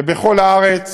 ובכל הארץ